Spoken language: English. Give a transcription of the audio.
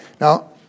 Now